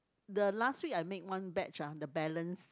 the last week I made one batch ah the balance